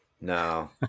No